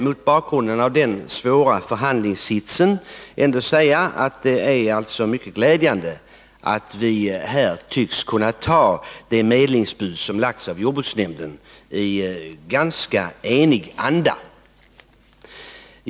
Mot bakgrund av den svåra förhandlingssitsen vill jag säga att det är mycket glädjande att vi tycks kunna anta det medlingsbud som lagts fram av jordbruksnämnden i ganska stor enighet.